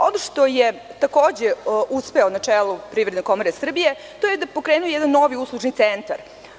Ono što je takođe uspeo na čelu Privredne komore Srbije, to je da je pokrenuo jedan novi uslužni centar.